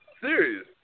serious